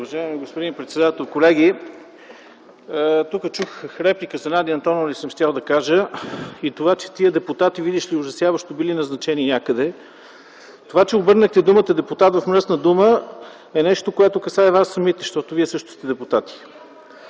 Уважаема госпожо председател, колеги! Тук чух, че съм щял да кажа реплика за Надя Антонова и това, че тия депутати, видиш ли, ужасяващо били назначени някъде. Това, че обърнахте думата депутат в мръсна дума е нещо, което касае вас самите, защото вие също сте депутати.